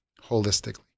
holistically